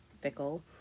fickle